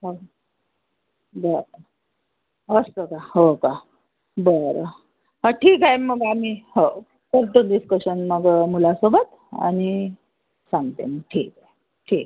हां बरं असतं का हो का बरं हं ठीक आहे मग आम्ही हो करतो दिस्कशन मग मुलासोबत आणि सांगते मग ठीक आहे ठीक